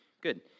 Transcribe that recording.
good